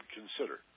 consider